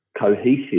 cohesive